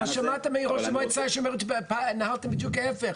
שמעת מראש המועצה שאומרת שהתנהלתם בדיוק ההפך.